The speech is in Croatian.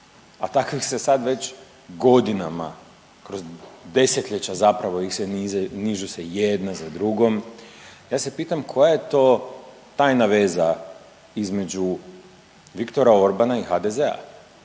a takvih se sad već godinama kroz desetljeća zapravo nižu se jedna za drugom, ja se pitam koja je to tajna veza između Viktora Orbana i HDZ-a.